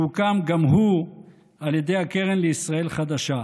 שהוקם גם הוא על ידי הקרן לישראל חדשה.